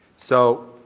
so,